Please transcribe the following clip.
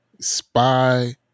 spy